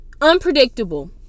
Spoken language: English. unpredictable